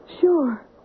Sure